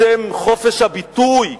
בשם חופש הביטוי,